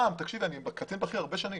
תקשיבי, אני קצין בכיר הרבה שנים.